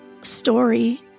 story